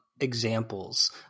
examples